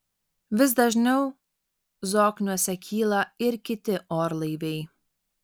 vis dažniau zokniuose kyla ir kiti orlaiviai